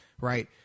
right